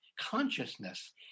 consciousness